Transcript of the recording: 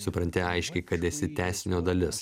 supranti aiškiai kad esi tęsinio dalis